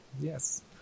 Yes